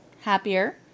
happier